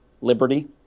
liberty